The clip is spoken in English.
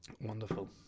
Wonderful